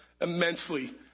immensely